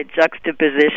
juxtaposition